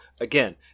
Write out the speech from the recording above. Again